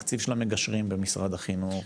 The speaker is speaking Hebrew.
זה התקציב של המגשרים במשרד החינוך,